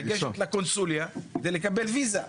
לגשת לקונסוליה ולקבל ויזה.